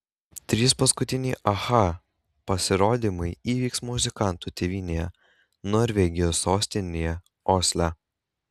trys paskutiniai aha pasirodymai įvyks muzikantų tėvynėje norvegijos sostinėje osle